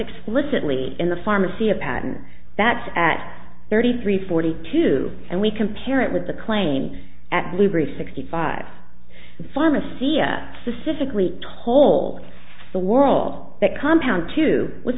explicitly in the pharmacy a patent that's at thirty three forty two and we compare it with the claim at liberty sixty five the pharmacy a specifically told the world that compound two w